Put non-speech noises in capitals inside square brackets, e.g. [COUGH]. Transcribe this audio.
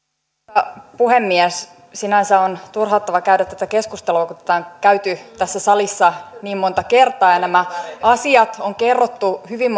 arvoisa puhemies sinänsä on turhauttavaa käydä tätä keskustelua kun tätä on käyty tässä salissa niin monta kertaa ja nämä asiat on kerrottu hyvin [UNINTELLIGIBLE]